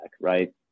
right